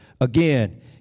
Again